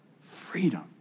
Freedom